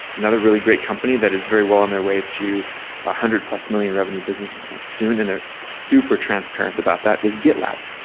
another really great company that is very well on their way to one ah hundred plus million revenue business soon, and they're super transparent about that, is gitlab.